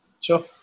Sure